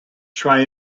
try